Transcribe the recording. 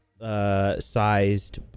Sized